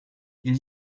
ils